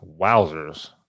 wowzers